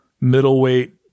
middleweight